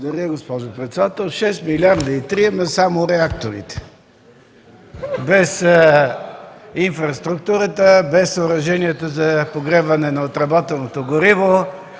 Благодаря, госпожо председател. Шест милиарда и три – ама само реакторите, без инфраструктурата, без съоръженията за погребване на отработеното гориво,